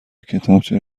کتابچه